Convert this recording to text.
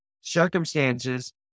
circumstances